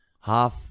half